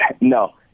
no